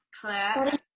Claire